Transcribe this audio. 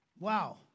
Wow